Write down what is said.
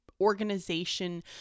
organization